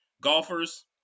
golfers